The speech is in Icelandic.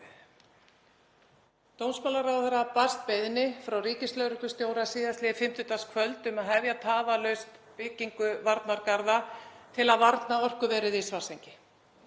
Dómsmálaráðherra barst beiðni frá ríkislögreglustjóra síðastliðið fimmtudagskvöld um að hefja tafarlaust byggingu varnargarða til varnar orkuverinu í Svartsengi.